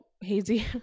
hazy